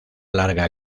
larga